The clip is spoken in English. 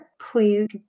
Please